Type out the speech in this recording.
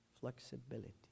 Flexibility